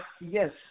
Yes